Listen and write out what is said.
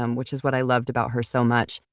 um which is what i loved about her so much.